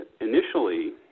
initially